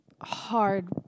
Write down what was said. hard